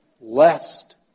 Lest